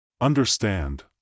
understand